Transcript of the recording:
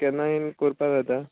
केन्नाय कोरपा जाता